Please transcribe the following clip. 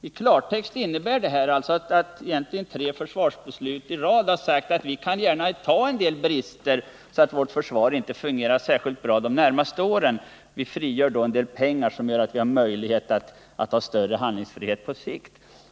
I klartext innebär det att man i tre försvarsbeslut i rad har sagt: Vi kan gärna ta en del brister, så att vårt försvar inte fungerar särskilt bra under de närmaste åren. Vi frigör då en del pengar som gör det möjligt för oss att ha större handlingsfrihet på sikt.